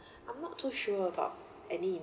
I'm not too sure about any